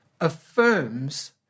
affirms